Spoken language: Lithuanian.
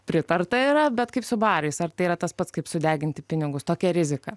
pritarta yra bet kaip su barais ar tai yra tas pats kaip sudeginti pinigus tokia rizika